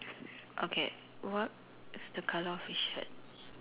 okay what is the colour of his shirt